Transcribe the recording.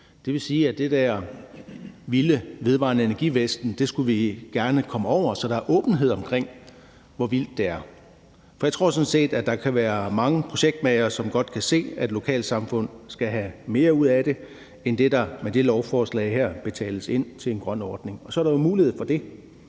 der er i forhold til den vedvarende energi, skulle vi gerne komme over, så der er en åbenhed omkring, hvor vildt det er. For jeg tror sådan set, at der kan være mange projektmagere, som godt kan se, at et lokalsamfund skal have mere ud af det end det, der med det her lovforslag betales ind til en grøn ordning, og der er jo så en mulighed for det.